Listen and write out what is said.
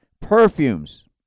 perfumes